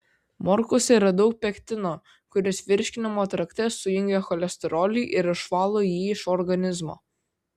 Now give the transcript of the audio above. morkose yra daug pektino kuris virškinimo trakte sujungia cholesterolį ir išvalo jį iš organizmo